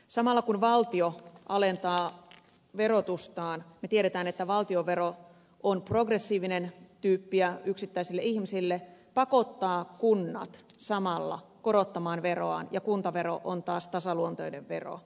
samalla kun valtio alentaa verotustaan me tiedämme että valtionvero on tyyppiä progressiivinen yksittäisille ihmisille se pakottaa kunnat samalla korottamaan veroaan ja kuntavero on taas tasaluontoinen vero